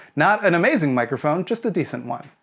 not an amazing microphone, just a decent one.